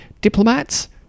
diplomats